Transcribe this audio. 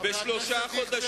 אדוני שר האוצר, תדייק,